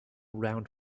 round